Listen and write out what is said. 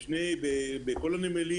בכל הנמלים